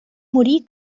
morir